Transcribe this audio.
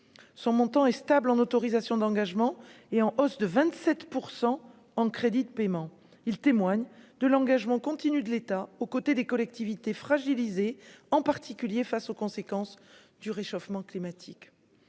son montant et stables en autorisations d'engagement est en hausse de 27 % en crédits de paiement, il témoigne de l'engagement continu de l'État aux côtés des collectivités fragilisées, en particulier face aux conséquences du réchauffement climatique,